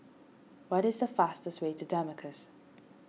what is the fastest way to Damascus